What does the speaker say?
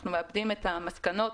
אנחנו מעבדים את המסקנות,